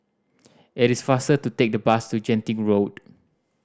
it is faster to take the bus to Genting Road